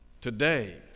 today